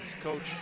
coach